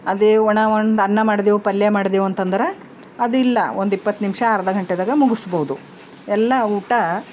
ಅದೇ ಒಣ ಒಂದು ಅನ್ನ ಮಾಡಿದೆವು ಪಲ್ಯ ಮಾಡಿದೆವು ಅಂತಂದ್ರೆ ಅದು ಇಲ್ಲ ಒಂದಿಪ್ಪತ್ತು ನಿಮಿಷ ಅರ್ಧ ಗಂಟೆದಾಗ ಮುಗಿಸ್ಬೋದು ಎಲ್ಲ ಊಟ